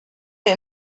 mir